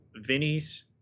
Vinny's